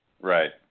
Right